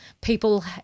People